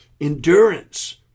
endurance